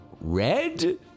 red